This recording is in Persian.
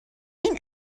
این